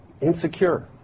insecure